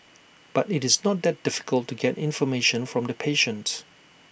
but it's not that difficult to get information from the patients